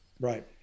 Right